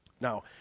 Now